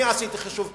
אני עשיתי חישוב קטן,